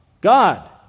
God